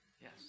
yes